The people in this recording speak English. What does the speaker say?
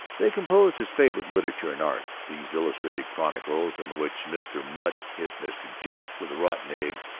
they composed his favorite literature and art, these illustrated chronicles in which mr. mutt hit mr. jeff with rotten egg,